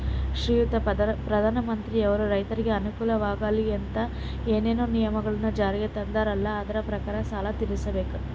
ಶ್ರೀಯುತ ಪ್ರಧಾನಮಂತ್ರಿಯವರು ರೈತರಿಗೆ ಅನುಕೂಲವಾಗಲಿ ಅಂತ ಏನೇನು ನಿಯಮಗಳನ್ನು ಜಾರಿಗೆ ತಂದಾರಲ್ಲ ಅದರ ಪ್ರಕಾರನ ಸಾಲ ತೀರಿಸಬೇಕಾ?